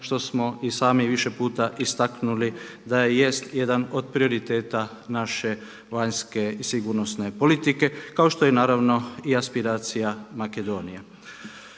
što smo i sami više puta istaknuli da jest jedan od prioriteta naše vanjske i sigurnosne politike, kao što je naravno i aspiracija Makedonije.